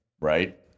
Right